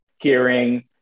hearing